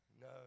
no